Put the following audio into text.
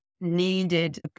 needed